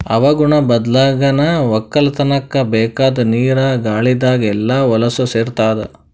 ಹವಾಗುಣ ಬದ್ಲಾಗನಾ ವಕ್ಕಲತನ್ಕ ಬೇಕಾದ್ ನೀರ ಗಾಳಿದಾಗ್ ಎಲ್ಲಾ ಹೊಲಸ್ ಸೇರತಾದ